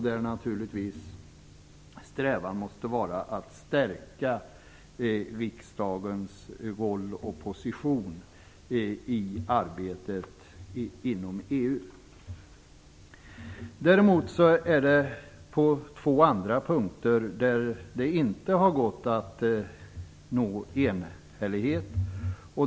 Men strävan måste naturligtvis vara att stärka riksdagens roll och position i arbetet inom Däremot har det på två andra punkter inte gått att nå enhällighet.